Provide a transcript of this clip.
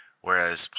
Whereas